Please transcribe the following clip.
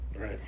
Right